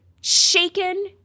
shaken